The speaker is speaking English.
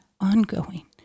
ongoing